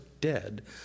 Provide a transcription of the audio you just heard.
dead